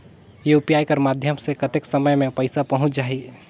UPI कर माध्यम से कतेक समय मे पइसा पहुंच जाहि?